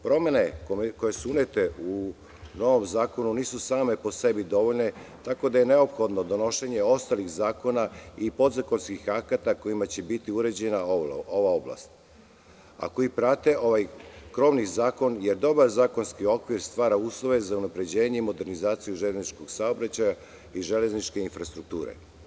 Promene koje su unete u novom zakonu nisu same po sebi dovoljne, tako da je neophodno donošenje ostalih zakona i podzakonskih akata kojima će biti uređena ova oblast, a koji prate ovaj krovni zakon, jer dobar zakonski okvir stvara uslove za unapređenje i modernizaciju železničkog saobraćaja i železničke infrastrukture.